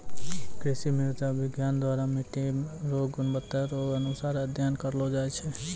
कृषि मृदा विज्ञान द्वरा मट्टी रो गुणवत्ता रो अनुसार अध्ययन करलो जाय छै